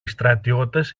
στρατιώτες